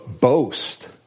Boast